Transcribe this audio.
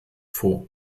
vor